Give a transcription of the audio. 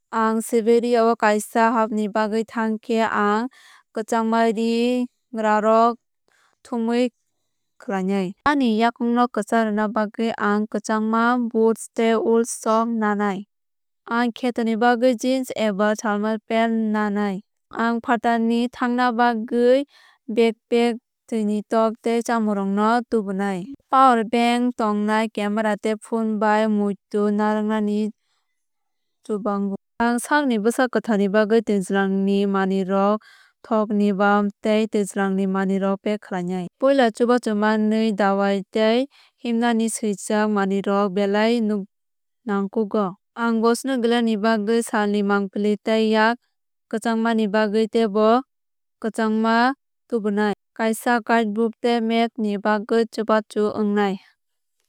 Ang Siberia o kaisa hapni bagwi thang khe ang kwchangma ri rírok thumoui khlainai,. Ani yakungno kwchang rwna bagwi ang kwchangma boots tei wool socks nanai. Ang kheto ni bagwi jeans eba thermal pant nangnai. Ang phatarni thangna bagwi backpack twini thok tei chamungrok tubunai. Power bank tongnai camera tei phone bai muitu narwknani chubango. Ang sakni bwsak kwtharni bagwi twijlangni manwirok thokni balm tei twijlangni manwirok pack khlainai. Puila chubachu manwi dawai tei himnani swijak manwirok belai nangkukgo. Angbo snow glare ni bagwi salni mangpili tei yak kwchangmani bagwi teibo kwchangma tubunai. Kaisa guide book tei map ni bagwi chubachu wngnai.